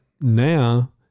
now